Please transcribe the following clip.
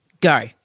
Go